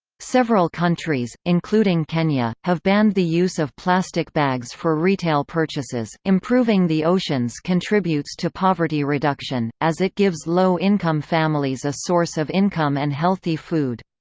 several countries, including kenya, have banned the use of plastic bags for retail purchases improving the oceans contributes to poverty reduction, as it gives low-income families a source of income and healthy food.